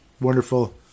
wonderful